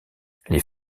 les